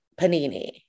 panini